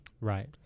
Right